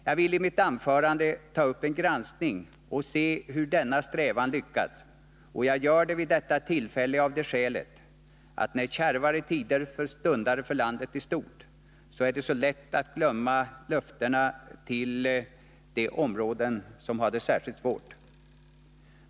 Jag vill i mitt anförande ta upp till granskning hur denna strävan lyckats, och jag gör det vid detta tillfälle av det skälet, att det när kärvare tider stundar för landet i stort är så lätt att glömma löftena till de områden som har det särskilt svårt.